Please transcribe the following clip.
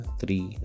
three